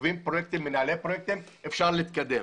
מנהלי פרויקטים אפשר להתקדם.